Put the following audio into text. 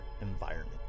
environment